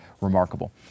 remarkable